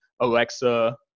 Alexa